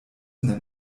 nennt